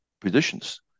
positions